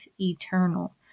eternal